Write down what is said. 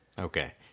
Okay